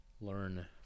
learn